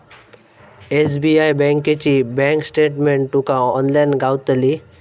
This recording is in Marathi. एस.बी.आय बँकेची बँक स्टेटमेंट तुका ऑनलाईन गावतली